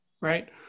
Right